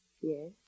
Yes